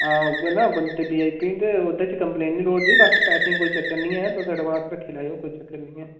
हां उ'यै ना बंदे वी आई पी न ते ओह्दे च कम्प्लेन नी लोड़दी बाकी पैसे कोई चक्कर नी ऐ तुस एडवांस रक्खी लैएयो कोई चक्कर नी ऐ